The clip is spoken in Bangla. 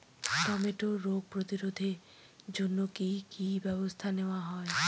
টমেটোর রোগ প্রতিরোধে জন্য কি কী ব্যবস্থা নেওয়া হয়?